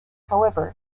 however